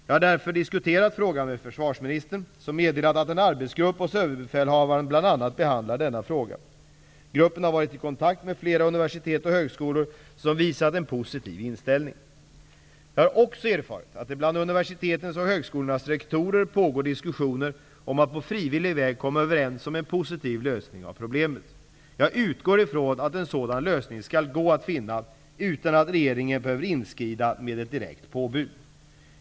Jag har därför diskuterat frågan med försvarsministern som meddelat att en arbetsgrupp hos Överbefälhavaren bl.a. behandlar denna fråga. Gruppen har varit i kontakt med flera universitet och högskolor som visat en positiv inställning. Jag har också erfarit att det bland universitetens och högskolornas rektorer pågår diskussioner om att på frivillig väg komma överens om en positiv lösning av problemet. Jag utgår från att en sådan lösning skall gå att finna utan att regeringen behöver inskrida med ett direkt påbud.